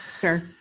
Sure